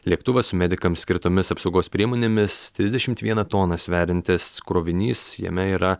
lėktuvas su medikams skirtomis apsaugos priemonėmis trisdešimt vieną toną sveriantis krovinys jame yra